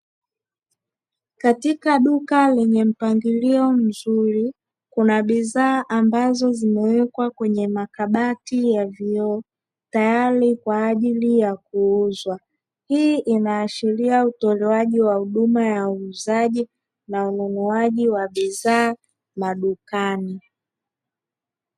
Katika duka lenye mpangilio mzuri kuna bidhaa ambazo zimewekwa kwenye makabati ya vioo, tayari kwa ajili ya kuuzwa. Hii inaashiria utolewaji wa huduma ya uuzaji na ununuaji wa bidhaa madukani.